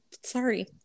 sorry